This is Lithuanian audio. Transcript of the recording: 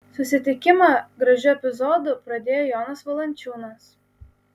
susitikimą gražiu epizodu pradėjo jonas valančiūnas